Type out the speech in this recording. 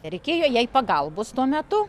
reikėjo jai pagalbos tuo metu